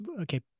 okay